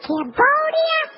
Cambodia